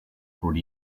through